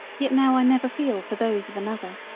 yet now i never feel for those of an other.